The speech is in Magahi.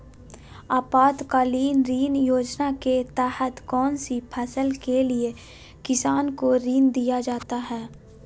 आपातकालीन ऋण योजना के तहत कौन सी फसल के लिए किसान को ऋण दीया जाता है?